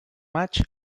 maig